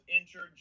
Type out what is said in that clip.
injured